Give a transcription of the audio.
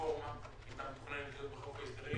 רפורמה שהייתה מתוכננת להיות בחוק ההסדרים